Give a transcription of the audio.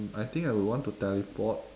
I think I would want to teleport